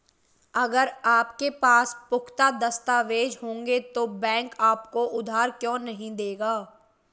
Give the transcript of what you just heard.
अगर आपके पास पुख्ता दस्तावेज़ होंगे तो बैंक आपको उधार क्यों नहीं देगा?